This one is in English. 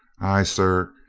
ay, sir,